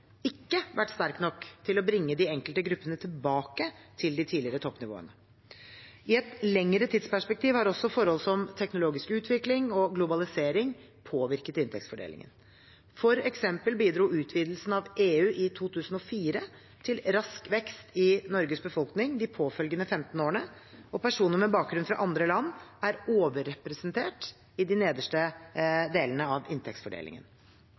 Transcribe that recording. ikke vært sterk nok til å bringe de enkelte gruppene tilbake til de tidligere toppnivåene. I et lengre tidsperspektiv har også forhold som teknologisk utvikling og globalisering påvirket inntektsfordelingen. For eksempel bidro utvidelsen av EU i 2004 til rask vekst i Norges befolkning de påfølgende 15 årene, og personer med bakgrunn fra andre land er overrepresentert i de nederste delene av inntektsfordelingen.